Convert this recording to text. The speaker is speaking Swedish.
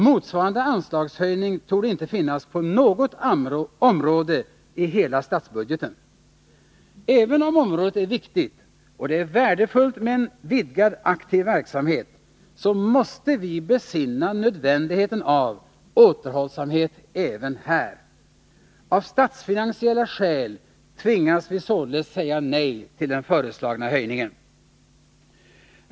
Motsvarande anslagshöjning torde inte finnas på något annat område i hela statsbudgeten. Även om området är viktigt och det är värdefullt med en vidgad aktiv verksamhet, måste vi besinna nödvändigheten av återhållsamhet även här. Av statsfinansiella skäl tvingas vi således säga nej till den föreslagna höjningen.